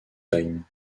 time